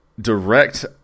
direct